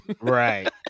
right